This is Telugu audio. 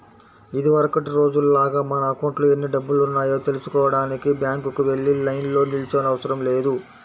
ఇదివరకటి రోజుల్లాగా మన అకౌంట్లో ఎన్ని డబ్బులున్నాయో తెల్సుకోడానికి బ్యాంకుకి వెళ్లి లైన్లో నిల్చోనవసరం లేదు